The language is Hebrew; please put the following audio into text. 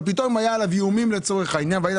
ופתאום היה עליו איומים לצורך העניין והיית